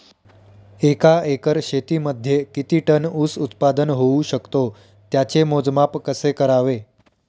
एका एकर शेतीमध्ये किती टन ऊस उत्पादन होऊ शकतो? त्याचे मोजमाप कसे करावे?